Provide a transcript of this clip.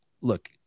Look